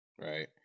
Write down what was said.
right